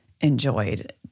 enjoyed